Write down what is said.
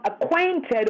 acquainted